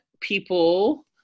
people